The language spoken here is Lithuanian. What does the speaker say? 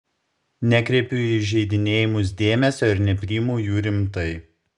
nekreipiu į įžeidinėjimus dėmesio ir nepriimu jų rimtai